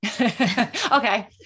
okay